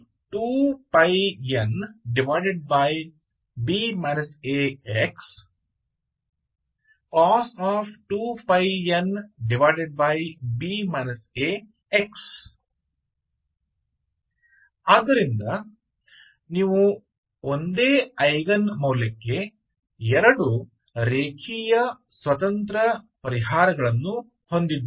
sin 2πnb a x cos 2πnb a x ಆದ್ದರಿಂದ ನೀವು ಒಂದೇ ಐಗನ್ ಮೌಲ್ಯಕ್ಕೆ ಎರಡು ರೇಖೀಯ ಸ್ವತಂತ್ರ ಪರಿಹಾರಗಳನ್ನು ಹೊಂದಿದ್ದೀರಿ